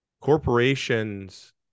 corporations